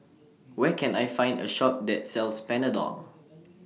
Where Can I Find A Shop that sells Panadol